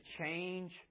change